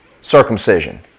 circumcision